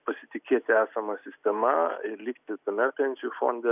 pasitikėti esama sistema likti tame pensijų fonde